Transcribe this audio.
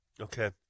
Okay